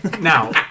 Now